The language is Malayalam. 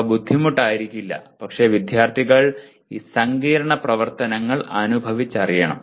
അവ ബുദ്ധിമുട്ടായിരിക്കില്ല പക്ഷേ വിദ്യാർത്ഥികൾ ഈ സങ്കീർണ്ണ പ്രവർത്തനങ്ങൾ അനുഭവിച്ചറിയണം